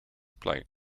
plate